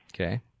Okay